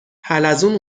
حلزون